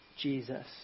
Jesus